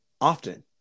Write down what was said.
often